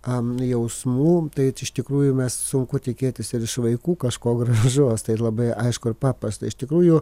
am jausmų tai iš tikrųjų mes sunku tikėtis ir iš vaikų kažko grąžos tai labai aišku ir paprasta iš tikrųjų